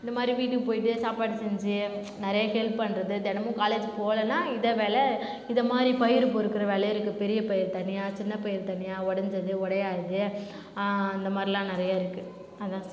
இந்த மாதிரி வீட்டுக்கு போயிட்டு சாப்பாடு செஞ்சு நிறைய ஹெல்ப் பண்ணுறது தினமும் காலேஜ் போகலன்னா இதுதான் வேலை இது மாதிரி பயிறு பொறுக்குற வேலை இருக்குது பெரிய பயிறு தனியாக சின்ன பயிறு தனியாக உடஞ்சது உடையாதது அந்த மாதிரிலாம் நிறைய இருக்குது அதுதான் சார்